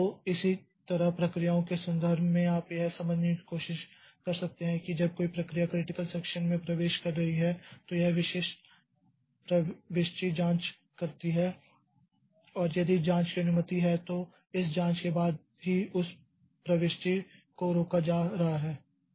तो इसी तरह प्रक्रियाओं के संदर्भ में आप यह समझने की कोशिश कर सकते हैं कि जब कोई प्रक्रिया क्रिटिकल सेक्षन में प्रवेश कर रही है तो यह प्रविष्टि जाँच करती है और यदि जाँच की अनुमति है तो इस जाँच के बाद ही उस प्रविष्टि को रोका जा रहा है